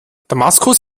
damaskus